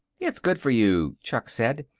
it's good for you, chuck said,